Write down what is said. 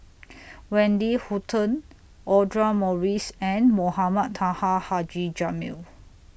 Wendy Hutton Audra Morrice and Mohamed Taha Haji Jamil